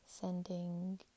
sending